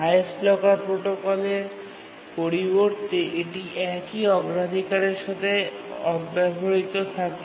highest locker প্রোটোকলের পরিবর্তে এটি একই অগ্রাধিকারের সাথে অব্যবহৃত থাকে